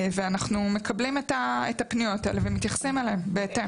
ואנחנו מקבלים את הפניות האלה ומתייחסים אליהן בהתאם.